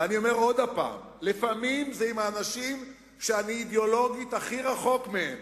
ואני אומר עוד פעם: לפעמים זה עם האנשים שאידיאולוגית אני הכי רחוק מהם,